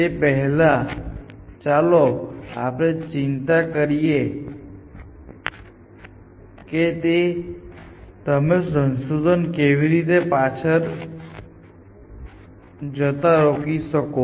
તો પહેલા ચાલો આપણે ચિંતા કરીએ કે તમે શોધને કેવી રીતે પાછળ જતા રોકી શકો છો